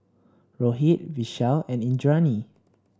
Rohit Vishal and Indranee